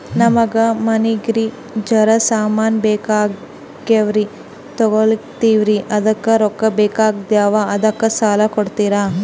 ನಮಗ ಮನಿಗಿ ಜರ ಸಾಮಾನ ಬೇಕಾಗ್ಯಾವ್ರೀ ತೊಗೊಲತ್ತೀವ್ರಿ ಅದಕ್ಕ ರೊಕ್ಕ ಬೆಕಾಗ್ಯಾವ ಅದಕ್ಕ ಸಾಲ ಕೊಡ್ತಾರ?